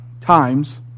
times